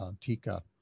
Tika